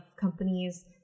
companies